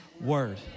Word